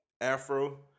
afro-